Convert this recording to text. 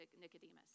Nicodemus